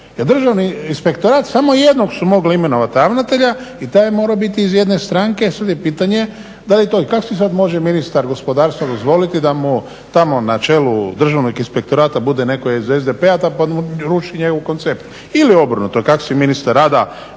državni inspektorat samo jednog su mogli imenovat ravnatelj i taj je morao biti iz jedne stranke i sad je pitanje da li je to. I kako si sad može ministar gospodarstva dozvoliti da mu tamo na čelu Državnog inspektorata bude netko iz SDP-a pa da mu ruši njegov koncept. Ili obrnuto. Kak' si ministar rada